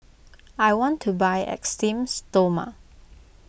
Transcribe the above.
I want to buy Esteem Stoma